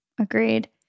Agreed